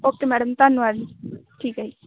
okay madam ਧੰਨਵਾਦ ਠੀਕ ਆ ਜੀ